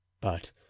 But